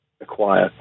acquire